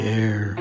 air